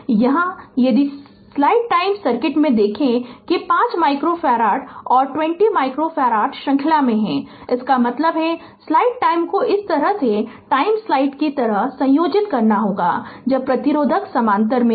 यहां यदि slide time circuit में देखें कि 5 माइक्रोफ़ारड और 20 माइक्रोफ़ारड श्रृंखला में हैं इसका मतलब है कि स्लाइड टाइम को इस तरह टाइम स्लाइड की तरह संयोजित करना होगा जब प्रतिरोधक समानांतर में हों